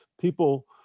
people